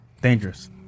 Dangerous